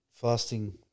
fasting